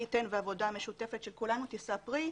מי ייתן והעבודה המשותפת של כולנו תישא פרי,